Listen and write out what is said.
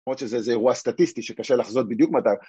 ‫למרות שזה אירוע סטטיסטי ‫שקשה לחזות בדיוק מתי.